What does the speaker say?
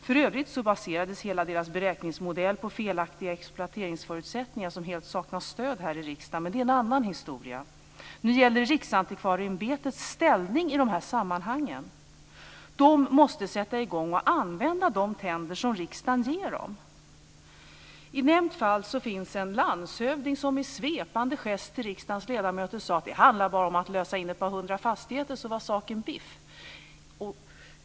För övrigt baserades hela deras beräkningsmodell på felaktiga exploateringsförutsättningar som helt saknar stöd här i riksdagen, men det är en annan historia. Nu gäller det Riksantikvarieämbetets ställning i dessa sammanhang. De måste sätta i gång och använda de tänder som riksdagen ger dem. I nämnt fall finns en landshövding som med en svepande gest till riksdagens ledamöter sade att det bara handlade om att lösa in ett par hundra fastigheter, så var saken biff.